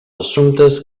assumptes